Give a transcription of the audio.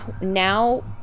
now